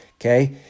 Okay